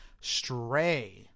stray